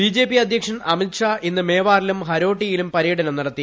BJP അദ്ധ്യക്ഷൻ അമിത്ഷാ ഇന്ന് മേവാറിലും ഹരോട്ടിയിലും പരൃടനം നടത്തി